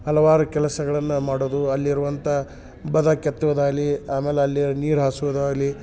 ಹಲವಾರು ಕೆಲಸಗಳನ್ನ ಮಾಡೋದು ಅಲ್ಲಿರುವಂಥ ಬದ ಕೆತ್ತುದಾಗಲಿ ಆಮೇಲೆ ಅಲ್ಲಿ ನೀರು ಹಾಸೋದಾಗಲಿ